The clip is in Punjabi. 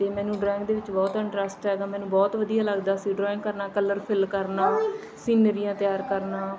ਅਤੇ ਮੈਨੂੰ ਡਰਾਇੰਗ ਦੇ ਵਿੱਚ ਬਹੁਤ ਇੰਟਰਸਟ ਹੈਗਾ ਮੈਨੂੰ ਬਹੁਤ ਵਧੀਆ ਲੱਗਦਾ ਸੀ ਡਰਾਇੰਗ ਕਰਨਾ ਕਲਰ ਫਿੱਲ ਕਰਨਾ ਸੀਨਰੀਆਂ ਤਿਆਰ ਕਰਨਾ